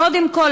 קודם כול,